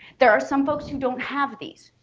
there are some folks who don't have these,